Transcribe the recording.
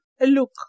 look